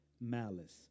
malice